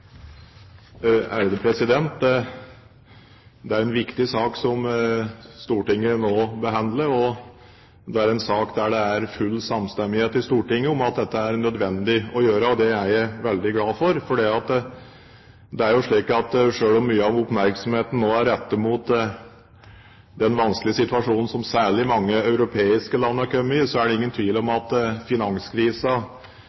en viktig sak som Stortinget nå behandler. Det er en sak der det er full samstemmighet i Stortinget om at dette er det nødvendig å gjøre, og det er jeg veldig glad for. Selv om mye av oppmerksomheten nå er rettet mot den vanskelige situasjonen som særlig mange europeiske land har kommet i, er det ingen tvil om